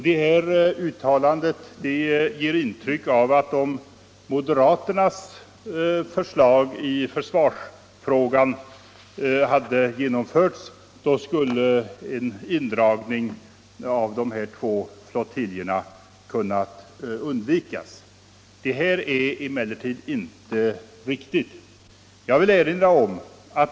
Det uttalandet ger intryck av att om moderaternas förslag i försvarsfrågan hade genomförts så hade en indragning av dessa två flottiljer kunnat undvikas. Det är emellertid inte riktigt.